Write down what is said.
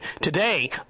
today